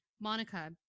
Monica